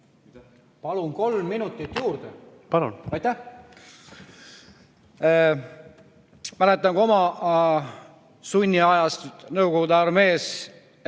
Palun kolm minutit juurde! Palun! Aitäh! Ma mäletan oma sunniajastut Nõukogude armees.